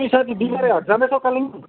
तिमी साँच्ची बिहिबारे हाट जाँदैछौ कालेबुङ